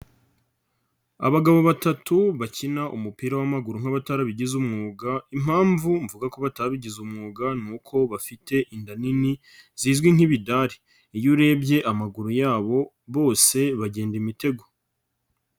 Abagabo batatu bakina umupira w'amaguru nk'abatarabigize umwuga, impamvu mvuga ko batabigize umwuga ni uko bafite inda nini zizwi nk'ibidari, iyo urebye amaguru yabo bose bagenda imitego.